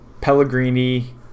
Pellegrini